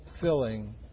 filling